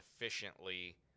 efficiently